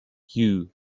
hugh